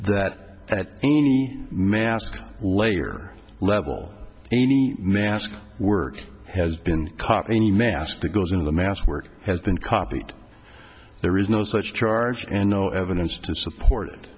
that at any mask layer level any mask work has been caught any mass that goes into mass work has been copied there is no such charge and no evidence to support